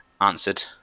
answered